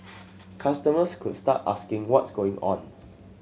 customers could start asking what's going on